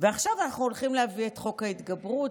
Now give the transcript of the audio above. ועכשיו אנחנו הולכים להביא את חוק ההתגברות,